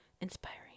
inspiring